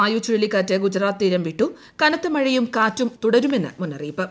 വായു ചുഴലിക്കാറ്റ് ഗുജറാത്ത് തീരം വിട്ടു കനത്ത മഴയും കാറ്റും തുടരുമെന്ന് മുന്നറിയിപ്പ്